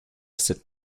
cette